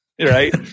right